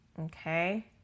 Okay